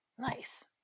Nice